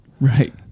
Right